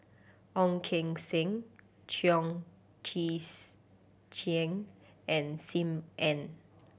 Ong Keng Sen Chong Tze Chien and Sim Ann